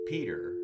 Peter